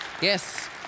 Yes